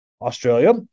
australia